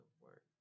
work